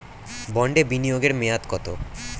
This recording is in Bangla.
বন্ডে বিনিয়োগ এর মেয়াদ কত?